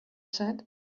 said